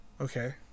Okay